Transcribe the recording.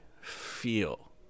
feel